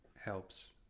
helps